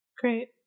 Great